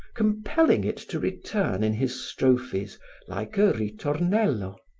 compelling it to return in his strophes like a ritornello.